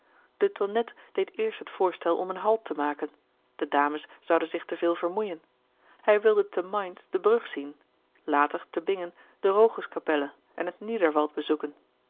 de tonnette deed eerst het voorstel om een halt te maken de dames zouden zich te veel vermoeien hij wilde te mainz de brug zien later te bingen de rochuskapelle en het niederwald bezoeken